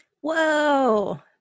Whoa